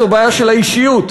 זו בעיה של האישיות.